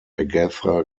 agatha